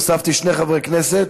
הוספתי שני חברי כנסת,